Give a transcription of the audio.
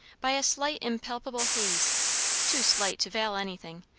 by a slight impalpable haze too slight to veil anything,